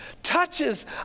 touches